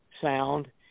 sound